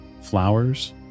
flowers